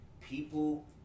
people